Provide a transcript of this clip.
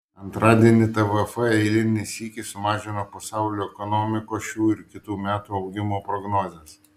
antradienį tvf eilinį sykį sumažino pasaulio ekonomikos šių ir kitų metų augimo prognozes